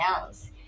else